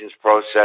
process